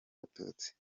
abatutsi